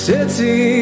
City